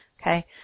okay